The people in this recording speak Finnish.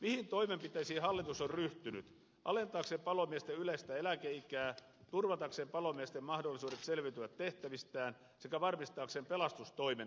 mihin toimenpiteisiin hallitus on ryhtynyt alentaakseen palomiesten yleistä eläkeikää turvatakseen palomiesten mahdollisuudet selviytyä tehtävistään sekä varmistaakseen pelastustoimen suorituskyvyn